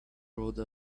rode